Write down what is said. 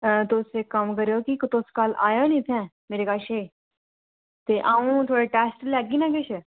ते तुस इक्क कम्म करेओ कि तुस कल आएओ नी कल मेरे कश ते अं'ऊ थुहाड़ा कल टैस्ट लैगी निं किश